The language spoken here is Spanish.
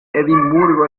edimburgo